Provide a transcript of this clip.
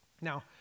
now